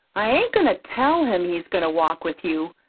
i ain't goin' to tell him he's goin' to walk with you,